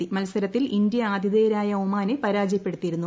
ആദ്യ മത്സരത്തിൽ ഇന്ത്യ ആതിഥേയരായ ഒമാനെ പരാജയപ്പെടുത്തിയിരുന്നു